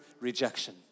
rejection